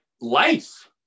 life